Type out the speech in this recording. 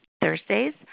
Thursdays